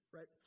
Right